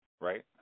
right